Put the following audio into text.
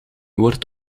woord